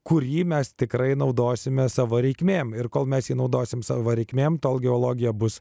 kurį mes tikrai naudosime savo reikmėms ir kol mes naudosime savo reikmėm tol geologija bus